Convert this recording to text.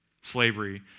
Slavery